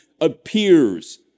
appears